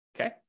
Okay